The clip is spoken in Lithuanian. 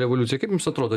revoliucija kaip jums atrodo